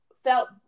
felt